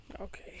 Okay